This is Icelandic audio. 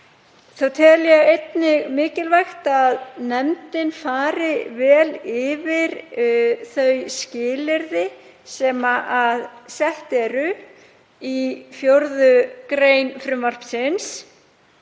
Þá tel ég einnig mikilvægt að nefndin fari vel yfir þau skilyrði sem sett eru í 4. gr. frumvarpsins.